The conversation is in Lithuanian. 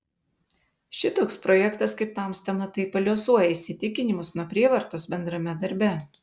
šitoks projektas kaip tamsta matai paliuosuoja įsitikinimus nuo prievartos bendrame darbe